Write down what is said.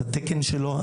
את התקן שלו,